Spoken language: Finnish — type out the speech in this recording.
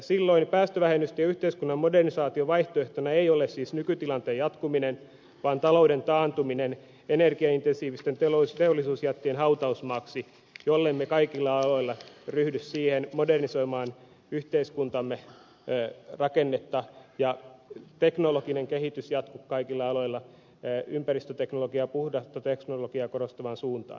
silloin päästövähennysten ja yhteiskunnan modernisaation vaihtoehtona ei ole siis nykytilanteen jatkuminen vaan talouden taantuminen energia intensiivisten teollisuusjättien hautausmaaksi jollemme kaikilla aloilla ryhdy modernisoimaan yhteiskuntamme rakennetta ja teknologinen kehitys jatku kaikilla aloilla ympäristöteknologia puhdasta teknologiaa korostavaan suuntaan